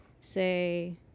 say